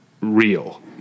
real